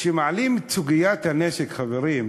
כשמעלים את סוגיית הנשק, חברים,